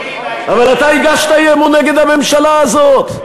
אבל אתה הגשת אי-אמון נגד הממשלה הזאת.